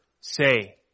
say